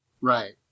Right